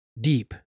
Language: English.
Deep